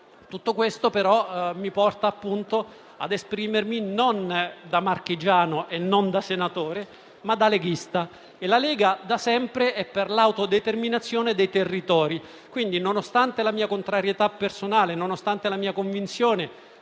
Tutto questo, però, mi porta appunto a esprimermi non da marchigiano e non da senatore, ma da leghista. La Lega da sempre è a favore dell'autodeterminazione dei territori, quindi, nonostante la mia contrarietà personale e la mia convinzione